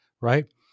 right